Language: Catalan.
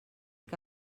que